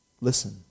Listen